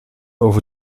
over